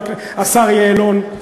השר יעלון,